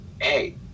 Hey